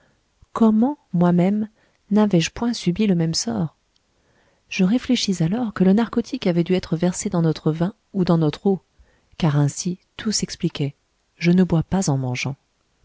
comment moi-même n'avais-je point subi le même sort je réfléchis alors que le narcotique avait dû être versé dans notre vin ou dans notre eau car ainsi tout s'expliquait je ne bois pas en mangeant